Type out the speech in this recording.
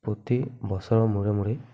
প্ৰতি বছৰৰ মূৰে মূৰে